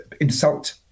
insult